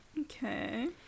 Okay